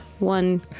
One